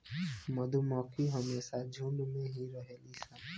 मधुमक्खी हमेशा झुण्ड में ही रहेली सन